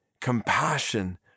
compassion